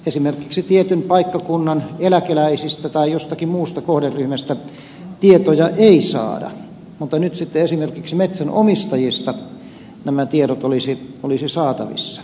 esimerkiksi tietyn paikkakunnan eläkeläisistä tai jostakin muusta kohderyhmästä tietoja ei saada mutta nyt sitten esimerkiksi metsänomistajista nämä tiedot olisivat saatavissa